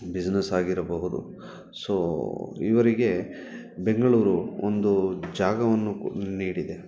business ಆಗಿರಬಹುದು so ಇವರಿಗೆ ಬೆಂಗಳೂರು ಒಂದು ಜಾಗವನ್ನು ನೀಡಿದೆ